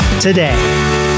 today